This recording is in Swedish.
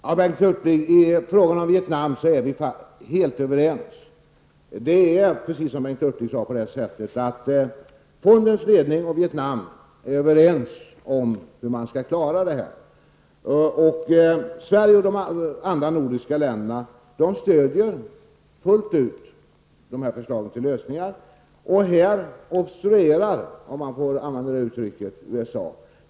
Herr talman! När det gäller frågan om Vietnam är vi helt överens, Bengt Hurtig. Fondens ledning och Vietnam är, precis som Bengt Hurtig sade, överens om hur man skall klara detta. Sverige och de andra nordiska länderna stödjer fullt ut dessa förslag till lösningar. Här obstruerar, om jag får använda det uttrycket, USA.